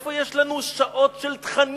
איפה יש לנו שעות של תכנים?